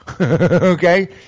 Okay